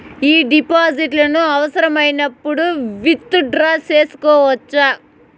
ఈ డిపాజిట్లను అవసరమైనప్పుడు విత్ డ్రా సేసుకోవచ్చా?